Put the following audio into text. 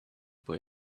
boy